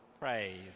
Praise